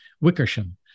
Wickersham